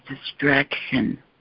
distraction